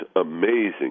amazing